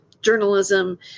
journalism